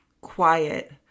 quiet